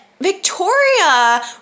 Victoria